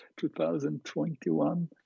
2021